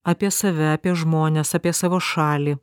apie save apie žmones apie savo šalį